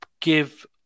give